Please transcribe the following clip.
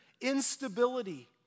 instability